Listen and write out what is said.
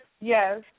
Yes